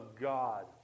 God